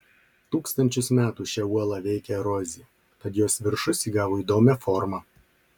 tūkstančius metų šią uolą veikė erozija tad jos viršus įgavo įdomią formą